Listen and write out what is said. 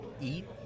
eat